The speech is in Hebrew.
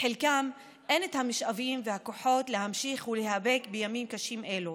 לחלקם אין את המשאבים והכוחות להמשיך ולהיאבק בימים קשים אלו.